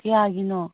ꯀꯌꯥꯒꯤꯅꯣ